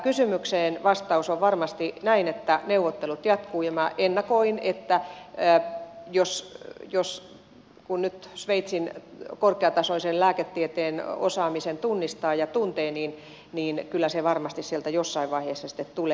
kysymykseen vastaus on varmasti näin että neuvottelut jatkuvat ja minä ennakoin että kun nyt sveitsin korkeatasoisen lääketieteen osaamisen tunnistaa ja tuntee niin kyllä se varmasti sieltä jossain vaiheessa sitten tulee